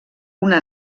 una